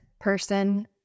person